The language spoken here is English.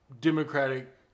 Democratic